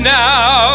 now